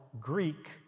Greek